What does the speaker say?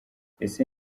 ese